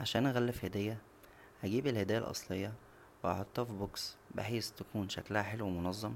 عشان اغلف هديه هجيب الهديه الاصليه واحطها فى بوكس بحيث يكون شكلها حلو ومنظم